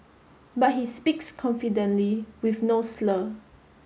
but he speaks confidently with no slur